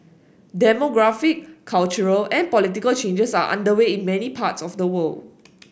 demographic cultural and political changes are underway in many parts of the world